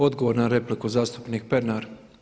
Odgovor na repliku zastupnik Pernar.